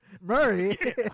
Murray